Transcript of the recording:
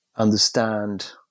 understand